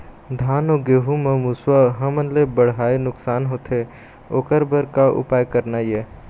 धान अउ गेहूं म मुसवा हमन ले बड़हाए नुकसान होथे ओकर बर का उपाय करना ये?